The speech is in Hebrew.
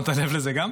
שמת לב גם לזה?